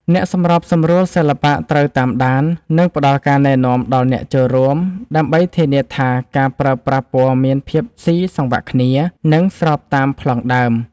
អ្នកសម្របសម្រួលសិល្បៈត្រូវតាមដាន និងផ្ដល់ការណែនាំដល់អ្នកចូលរួម ដើម្បីធានាថាការប្រើប្រាស់ពណ៌មានភាពស៊ីសង្វាក់គ្នា និងស្របតាមប្លង់ដើម។